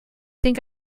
think